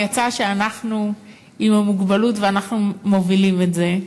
יצא שאנחנו עם המוגבלות ואנחנו מובילים את זה,